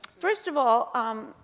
first of all, um,